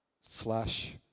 slash